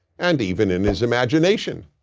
and even in his imagination.